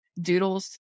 doodles